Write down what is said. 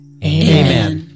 Amen